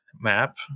map